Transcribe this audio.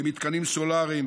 במתקנים סלולריים,